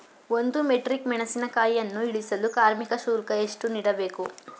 ಒಂದು ಮೆಟ್ರಿಕ್ ಮೆಣಸಿನಕಾಯಿಯನ್ನು ಇಳಿಸಲು ಕಾರ್ಮಿಕ ಶುಲ್ಕ ಎಷ್ಟು ನೀಡಬೇಕು?